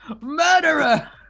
murderer